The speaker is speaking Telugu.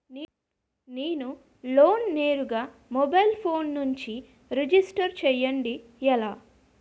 నేను లోన్ నేరుగా మొబైల్ ఫోన్ నుంచి రిజిస్టర్ చేయండి ఎలా?